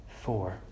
four